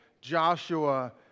Joshua